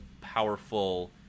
powerful